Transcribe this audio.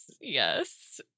Yes